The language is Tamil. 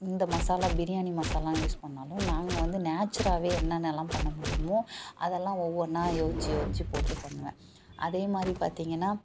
இந்த மசாலா பிரியாணி மசாலா யூஸ் பண்ணிணாலும் நாங்கள் வந்து நேச்சராகவே என்னென்னலாம் பண்ண முடியுமோ அதெல்லாம் ஒவ்வொன்றா யோசித்து யோசித்து போட்டு பண்ணுவேன் அதே மாதிரி பார்த்திங்கன்னா